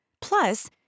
Plus